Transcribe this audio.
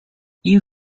you